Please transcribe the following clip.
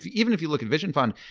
even if you look at vision fund,